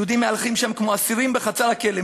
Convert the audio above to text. יהודים מהלכים שם כמו אסירים בחצר הכלא,